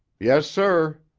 yes, sir.